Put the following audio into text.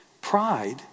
Pride